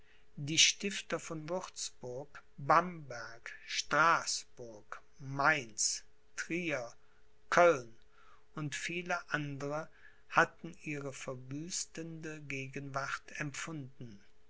die stifter von würzburg bamberg straßburg mainz trier köln und viele andre hatten ihre verwüstende gegenwart empfunden